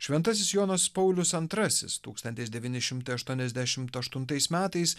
šventasis jonas paulius antrasis tūkstantis devyni šimtai aštuoniasdešimt aštuntais metais